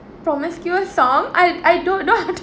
promiscuous song I I don't know how to